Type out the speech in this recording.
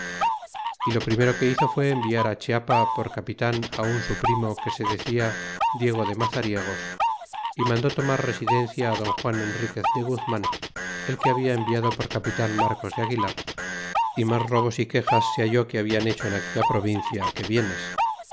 é lo primero que hizo fué enviar chiapa por capitan un su primo que se decia diego de mazariegos y mandó tomar residencia don juan enriquez de guzman el que habla enviado por capitan marcos de aguilar y mas robos y quejas se halló que habla hecho en aquella provincia que bienes